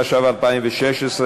התשע"ו 2016,